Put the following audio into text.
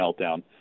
meltdown